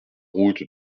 route